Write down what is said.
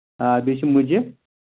آ بیٚیہِ چھِ مُجہِ